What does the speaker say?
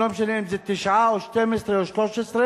לא משנה אם זה תשעה או 12 או 13,